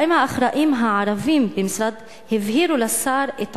6. האם האחראים הערבים במשרד הבהירו לשר את